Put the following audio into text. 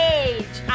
age